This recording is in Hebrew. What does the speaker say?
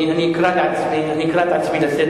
אני אקרא את עצמי לסדר.